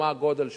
או מה הגודל שלו,